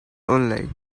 only